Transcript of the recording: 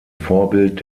vorbild